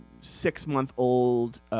six-month-old